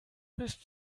bis